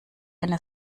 eine